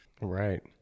Right